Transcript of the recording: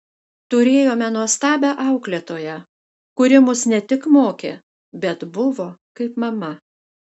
turėjome nuostabią auklėtoją kuri mus ne tik mokė bet buvo kaip mama